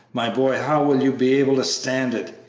my boy, how will you be able to stand it?